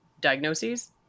diagnoses